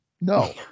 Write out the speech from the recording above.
No